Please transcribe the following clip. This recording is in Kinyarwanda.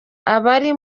abari